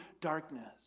darkness